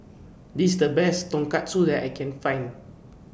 This IS The Best Tonkatsu that I Can Find